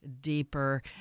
deeper